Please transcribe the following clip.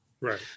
Right